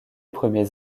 premiers